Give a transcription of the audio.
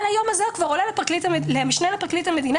על היום הזה הוא כבר עולה למשנה לפרקליט המדינה,